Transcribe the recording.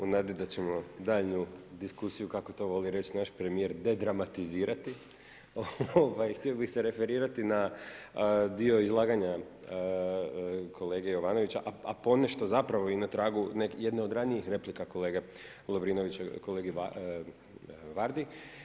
U nadi da ćemo daljnju diskusiju, kako to voli reći, naš premjer, dedramatizirati, htio bi se referirati na dio izlaganja kolege Jovanovića, a ponešto, zapravo i na tragu jedne od ranijih replika, kolege Lovrinovića, kolegi Vardi.